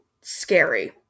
scary